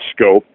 scope